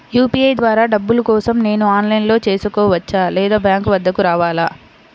UPI ద్వారా డబ్బులు కోసం నేను ఆన్లైన్లో చేసుకోవచ్చా? లేదా బ్యాంక్ వద్దకు రావాలా?